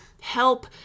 help